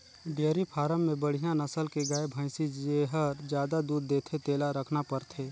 dairy farm में बड़िहा नसल के गाय, भइसी जेहर जादा दूद देथे तेला रखना परथे